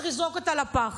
צריך לזרוק לפח.